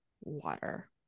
water